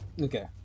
Okay